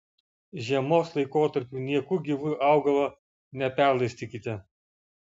žiemos laikotarpiu nieku gyvu augalo neperlaistykite